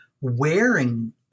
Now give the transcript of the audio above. wearing